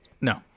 No